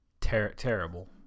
Terrible